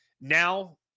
now